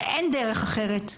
אין דרך אחרת,